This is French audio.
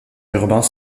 urbains